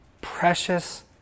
precious